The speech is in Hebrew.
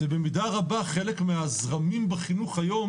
ובמידה רבה חלק מהזרמים בחינוך היום,